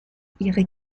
ihre